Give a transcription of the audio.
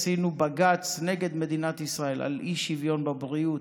עשינו בג"ץ נגד מדינת ישראל על אי-שוויון בבריאות,